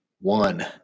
One